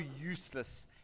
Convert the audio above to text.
useless